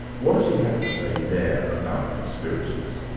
what does he have to say there about conspiracies?